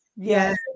yes